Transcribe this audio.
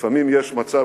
לפעמים יש מצב